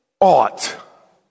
ought